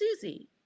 Susie